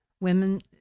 women